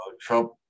Trump